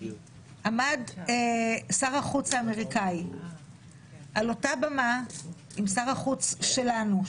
עמד שר החוץ האמריקאי על אותה במה עם שר החוץ שלנו,